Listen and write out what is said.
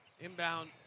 Inbound